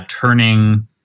turning